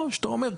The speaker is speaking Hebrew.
או שאתה אומר,